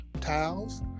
towels